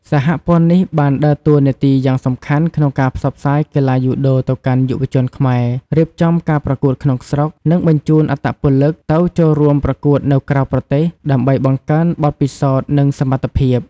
សហព័ន្ធនេះបានដើរតួនាទីយ៉ាងសំខាន់ក្នុងការផ្សព្វផ្សាយកីឡាយូដូទៅកាន់យុវជនខ្មែរ រៀបចំការប្រកួតក្នុងស្រុក និងបញ្ជូនអត្តពលិកទៅចូលរួមប្រកួតនៅក្រៅប្រទេស ដើម្បីបង្កើនបទពិសោធន៍ និងសមត្ថភាព ។